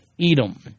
Edom